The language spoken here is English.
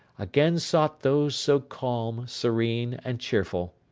again sought those so calm, serene, and cheerful.